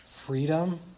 Freedom